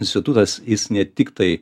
institutas jis ne tiktai